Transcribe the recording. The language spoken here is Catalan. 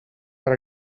per